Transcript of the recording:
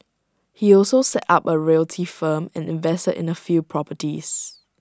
he also set up A reality firm and invested in A few properties